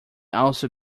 also